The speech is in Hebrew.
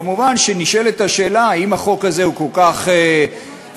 כמובן נשאלת השאלה: אם החוק הזה כל כך חשוב,